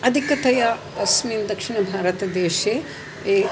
अधिकतया अस्मिन् दक्षिणभारतदेशे ये